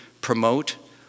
promote